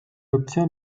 obtient